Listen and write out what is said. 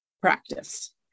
practice